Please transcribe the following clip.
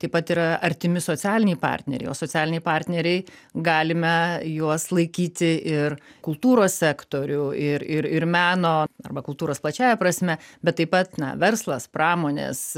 taip pat yra artimi socialiniai partneriai o socialiniai partneriai galime juos laikyti ir kultūros sektorių ir ir ir meno arba kultūros plačiąja prasme bet taip pat na verslas pramonės